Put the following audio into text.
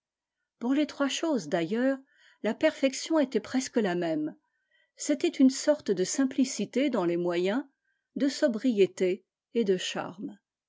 pour les trois choses d'ailleurs la perfection était presque la même c'était une sorte de simplicité dans les moyens de sobriété et de charme